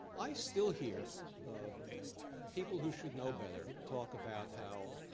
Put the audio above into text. i still hear um people who should know better talk about how